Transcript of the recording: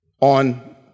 on